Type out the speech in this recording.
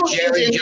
Jerry